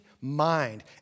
mind